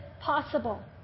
possible